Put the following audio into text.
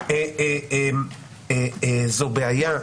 זו בעיה.